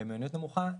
במיומנות נמוכה,